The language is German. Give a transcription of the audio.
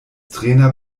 trainer